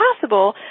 possible